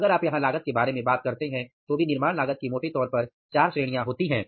अगर आप यहां लागत के बारे में बात करते हैं तो भी निर्माण लागत की मोटे तौर पर चार श्रेणियां होती हैं